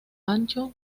ancho